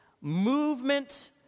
movement